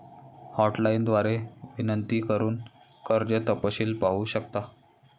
hotline द्वारे विनंती करून कर्ज तपशील पाहू शकता